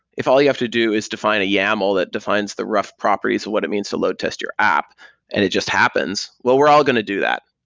if all you have to do is to find a yaml that defines the rough properties of what it means to load test your app and it just happens, well, we're all going do that.